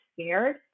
scared